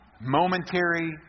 momentary